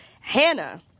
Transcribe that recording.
Hannah